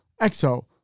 Exo